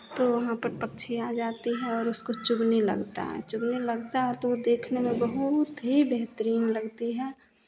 तो वहाँ पर पक्षी आ जाते हैं और उसको चुगने लगता चुगने लगता है वो देखने में बहुत ही बेहतरीन लगती है